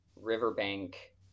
riverbank